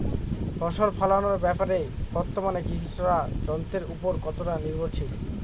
ফসল ফলানোর ব্যাপারে বর্তমানে কৃষকরা যন্ত্রের উপর কতটা নির্ভরশীল?